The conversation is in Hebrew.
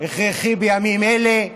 הכרחי בימים אלה,